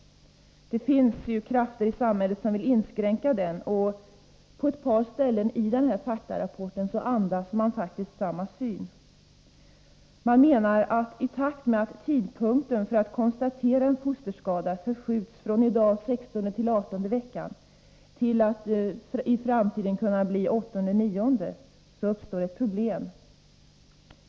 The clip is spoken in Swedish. Det finns krafter i samhället som vill inskränka den, och på ett par ställen i faktarapporten andas den faktiskt samma syn. Man menar att i takt med att tidpunkten för att konstatera en fosterskada förskjuts från i dag sextondeartonde veckan till åttonde-nionde veckan uppstår ett problem.